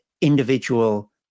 individual